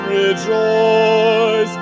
rejoice